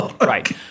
Right